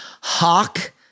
hawk